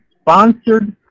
sponsored